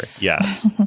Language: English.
yes